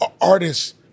artists